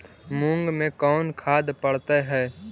मुंग मे कोन खाद पड़तै है?